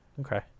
Okay